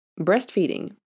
breastfeeding